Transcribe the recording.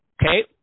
Okay